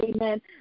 amen